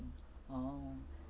orh